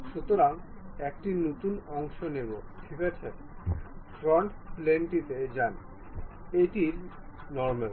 সুতরাং একটি নতুন অংশ নেব ঠিক আছে ফ্রন্ট প্লেনটিতে যান এটির অভিলম্ব